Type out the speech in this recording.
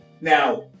Now